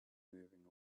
moving